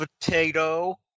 Potato